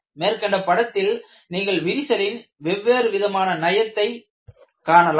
மேற்கண்ட படத்தில் நீங்கள் விரிசலின் வெவ்வேறு விதமான நயத்தை காணலாம்